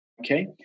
Okay